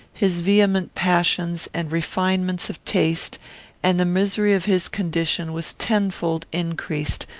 his vehement passions, and refinements of taste and the misery of his condition was tenfold increased,